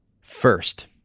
First